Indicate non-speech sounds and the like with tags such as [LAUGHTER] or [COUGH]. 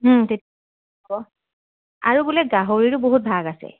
[UNINTELLIGIBLE] আৰু বোলে গাহৰিৰো বহুত ভাগ আছে